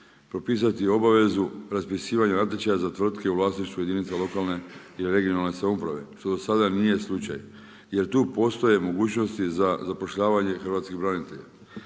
propisati obavezu, raspisivanja natječaja za tvrtke u vlasništvu jedinica lokalne i regionalne samouprave, što do sada nije slučaj. Jer tu postoje mogućnosti za zapošljavanje hrvatskih branitelja.